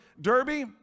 Derby